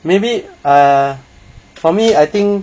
maybe ah for me I think